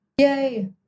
Yay